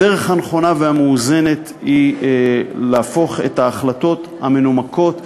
הדרך הנכונה והמאוזנת היא להפוך את ההחלטות המנומקות,